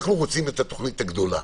אנחנו רוצים את התוכנית הגדולה.